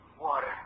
Water